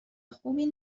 خوبی